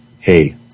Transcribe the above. hey